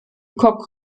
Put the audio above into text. kok